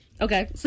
Okay